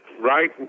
right